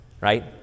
right